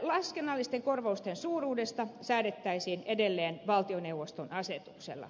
laskennallisten korvausten suuruudesta säädettäisiin edelleen valtioneuvoston asetuksella